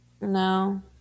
No